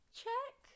check